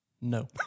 No